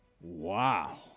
Wow